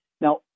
Now